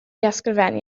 ysgrifennu